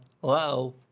Hello